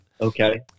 Okay